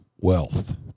wealth